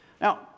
Now